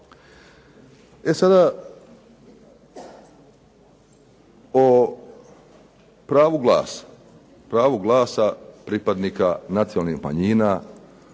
glasa, pravu glasa pripadnika nacionalnih manjina,